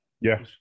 Yes